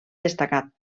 destacat